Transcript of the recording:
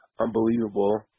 unbelievable